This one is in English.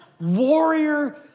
warrior